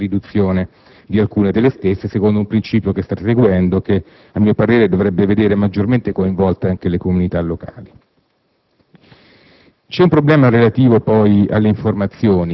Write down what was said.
riallocazione e ridefinizione delle servitù, ma anche di una riduzione di alcune delle spese, secondo un principio che state seguendo e che a mio parere dovrebbe vedere maggiormente coinvolte anche le comunità locali.